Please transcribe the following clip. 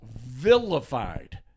vilified